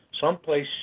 someplace